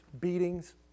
beatings